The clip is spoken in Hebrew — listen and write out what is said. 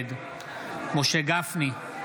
נגד משה גפני,